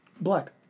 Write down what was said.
Black